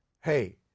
hey